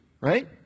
right